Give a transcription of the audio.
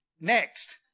Next